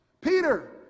Peter